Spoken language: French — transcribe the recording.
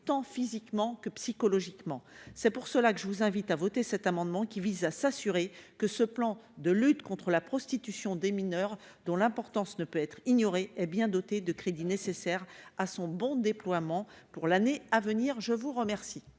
tant physiquement que psychologiquement, c'est pour cela que je vous invite à voter cet amendement qui vise à s'assurer que ce plan de lutte contre la prostitution des mineurs dont l'importance ne peut être ignorée, hé bien doté de crédits nécessaires à son bon déploiement pour l'année à venir, je vous remercie.